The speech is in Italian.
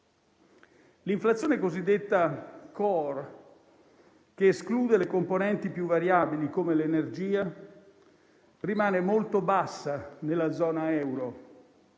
L'inflazione cosiddetta *core* - che esclude le componenti più variabili, come l'energia - rimane molto bassa nella zona